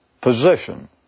position